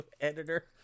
editor